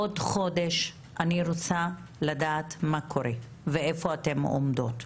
בעוד חודש אני רוצה לדעת מה קורה ואיפה אתן עומדות.